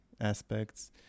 aspects